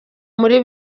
muri